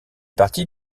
partie